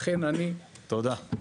תודה.